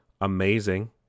amazing